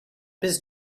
his